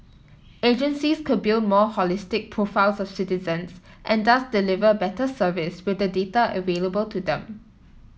agencies could build more holistic profiles of citizens and thus deliver better service with the data available to them